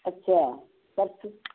अच्छा तब ठीक